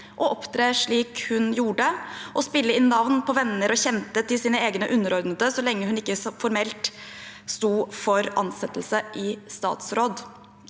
å opptre slik hun gjorde, og spille inn navn på venner og kjente til sine underordnede, så lenge hun selv ikke formelt sto for ansettelser i statsråd.